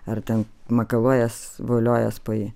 ar ten makaluojies voliojies po jį